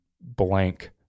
blank